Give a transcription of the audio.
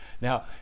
Now